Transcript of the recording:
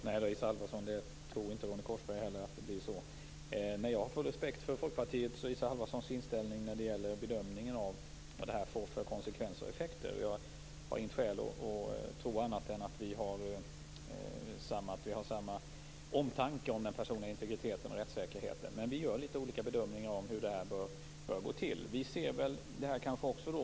Herr talman! Nej, Isa Halvarsson, inte ens Ronny Korsberg tror att det blir så. Jag har dock full respekt för Folkpartiets och Isa Halvarssons inställning till bedömningen av de konsekvenser och effekter som det här får. Jag har inget skäl att tro annat än att vi har samma omtanke om den personliga integriteten och rättssäkerheten, men vi gör litet olika bedömningar av hur det här bör gå till.